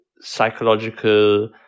psychological